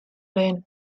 lehen